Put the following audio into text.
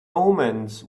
omens